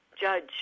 Judge